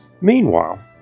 Meanwhile